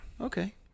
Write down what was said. Okay